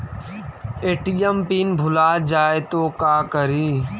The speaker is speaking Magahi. ए.टी.एम पिन भुला जाए तो का करी?